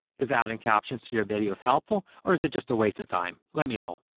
is adding captions to your videos helpful? or is it just a waste of time? let me know.